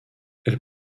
elle